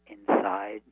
inside